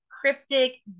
cryptic